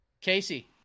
Casey